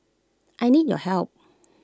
I need your help